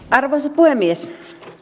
arvoisa puhemies